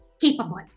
capable